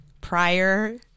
prior